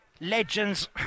Legends